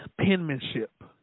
Penmanship